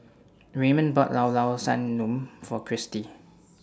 Raymond bought Llao Llao Sanum For Kristi